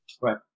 right